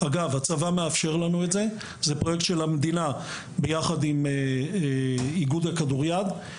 זה פרויקט של המדינה ביחד עם איגוד הכדוריד.